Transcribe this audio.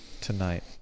tonight